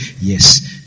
yes